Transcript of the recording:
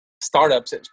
startups